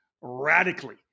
radically